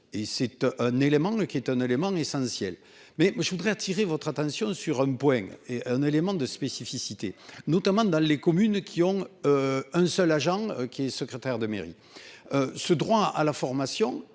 et c'est un élément qui est un élément essentiel. Mais moi je voudrais attirer votre attention sur un point et un élément de spécificités notamment dans les communes qui ont. Un seul agent qui est secrétaire de mairie. Ce droit à la formation